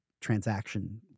transaction